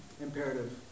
Imperative